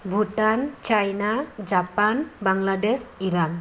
Bhutan China Japan Bangladesh Iran